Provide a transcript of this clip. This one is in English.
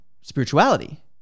spirituality